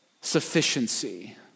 sufficiency